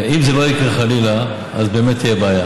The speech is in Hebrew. אם זה לא יקרה, חלילה, באמת תהיה בעיה.